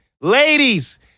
Ladies